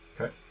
Okay